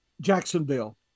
Jacksonville